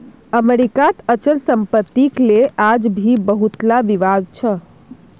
अमरीकात अचल सम्पत्तिक ले आज भी बहुतला विवाद छ